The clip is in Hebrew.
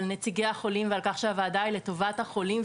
נציגי החולים ועל כך שהוועדה היא לטובת החולים,